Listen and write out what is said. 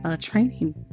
training